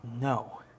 No